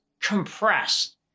compressed